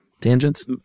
Tangents